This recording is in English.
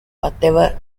whatever